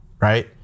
right